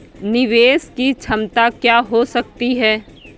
निवेश की क्षमता क्या हो सकती है?